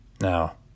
Now